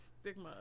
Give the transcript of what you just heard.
stigma